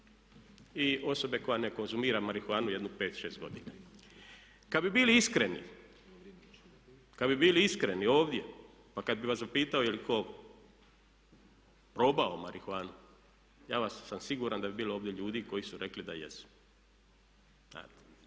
i osobe koja ne konzumira marihuanu jedno 5, 6 godina. Kada bi bili iskreni, kada bi bili iskreni ovdje, pa kada bih vas zapitao je li tko probao marihuanu, ja sam siguran da bi bilo ovdje ljudi koji bi rekli da jesu.